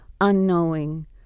unknowing